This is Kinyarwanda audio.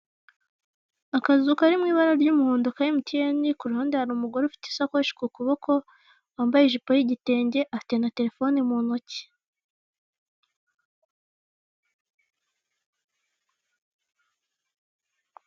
Akazu kari mu ibara ry'umuhondo ka MTN, ku ruhande hari umugore ufite isakoshi ku kuboko wambaye ijipo y'igitenge afite na telefone mu ntoki.